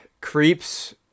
Creeps